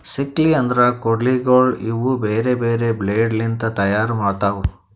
sickle ಅಂದುರ್ ಕೊಡ್ಲಿಗೋಳ್ ಇವು ಬೇರೆ ಬೇರೆ ಬ್ಲೇಡ್ ಲಿಂತ್ ತೈಯಾರ್ ಆತವ್